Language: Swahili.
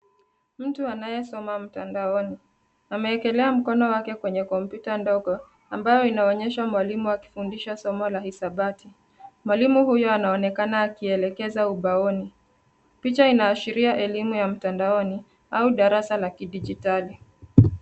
Mtu anayesoma mtandaoni. Amewekelea mkono wake kwenye kompyuta ndogo ambayo inaonyesha mwalimu akifundisha somo la hisabati. Mwalimu huyo anaonekana akielekeza ubaoni. Picha inaashiria elimu ya mtandaoni au darasa ya kidijitali.